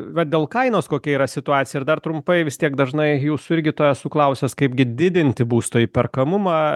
va dėl kainos kokia yra situacija ir dar trumpai vis tiek dažnai jūsų irgi to esu klausęs kaipgi didinti būsto įperkamumą